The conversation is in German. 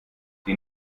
die